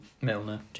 Milner